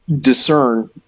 discern